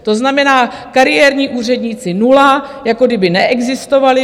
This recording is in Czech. To znamená, kariérní úředníci nula, jako kdyby neexistovali.